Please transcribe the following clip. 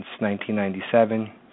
1997